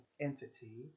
entity